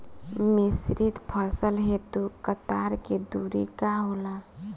मिश्रित फसल हेतु कतार के दूरी का होला?